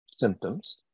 Symptoms